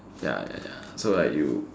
ya ya ya so like you